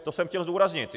To jsem chtěl zdůraznit.